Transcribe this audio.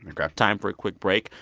and time for a quick break.